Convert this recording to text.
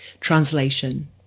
translation